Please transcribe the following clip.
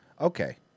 Okay